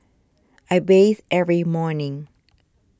I bathe every morning